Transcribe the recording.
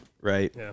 Right